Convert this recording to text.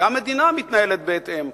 גם מדינה מתנהלת בהתאם,